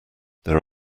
there